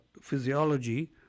physiology